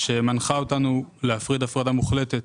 שמנחה אותנו להפריד הפרדה מוחלטת